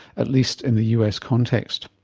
at least in the us context.